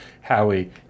Howie